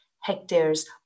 hectares